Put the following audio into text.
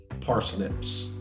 Parsnips